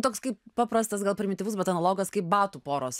toks kaip paprastas gal primityvus bet analogas kaip batų poros